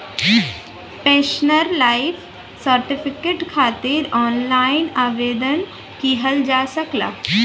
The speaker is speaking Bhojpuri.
पेंशनर लाइफ सर्टिफिकेट खातिर ऑनलाइन आवेदन किहल जा सकला